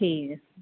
ਠੀਕ ਹੈ